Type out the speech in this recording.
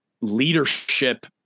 leadership